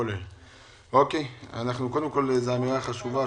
זאת אמירה חשובה,